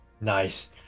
Nice